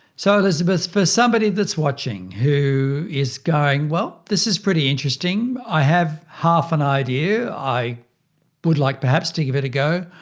so elizabeth, for somebody that's watching who is going well, this is pretty interesting, i have half an idea, i would like perhaps to give it a go,